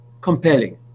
compelling